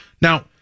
Now